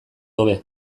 hobe